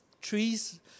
trees